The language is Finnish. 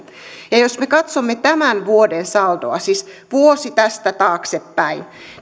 jos me katsomme tämän vuoden saldoa siis vuosi tästä taaksepäin